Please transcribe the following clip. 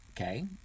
Okay